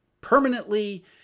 permanently